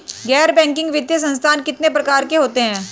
गैर बैंकिंग वित्तीय संस्थान कितने प्रकार के होते हैं?